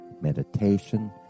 meditation